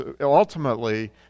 ultimately